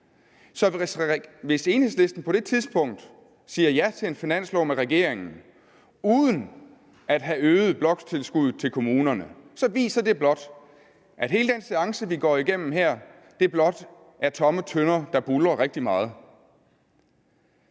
Så hvis Enhedslisten på det tidspunkt siger ja til en finanslov med regeringen uden at have øget bloktilskuddet til kommunerne, så viser det, at hele den seance, vi går igennem her, blot er tomme tønder, der buldrer rigtig meget.